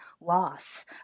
loss